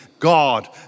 God